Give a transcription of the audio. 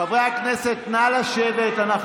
(חברת הכנסת גלית דיסטל אטבריאן יוצאת מאולם המליאה.) חברי הכנסת,